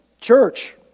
Church